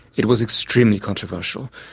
it was extremely controversial.